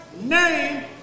name